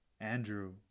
andrew